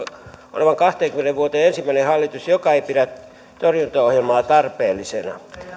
kahteenkymmeneen vuoteen ensimmäinen hallitus joka ei pidä torjuntaohjelmaa tarpeellisena